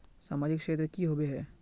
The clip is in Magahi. सामाजिक क्षेत्र की होबे है?